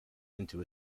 into